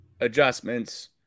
adjustments